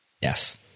Yes